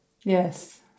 Yes